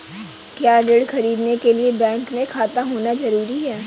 क्या ऋण ख़रीदने के लिए बैंक में खाता होना जरूरी है?